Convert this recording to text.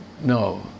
No